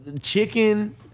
Chicken